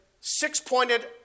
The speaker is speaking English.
six-pointed